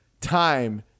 time